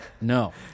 no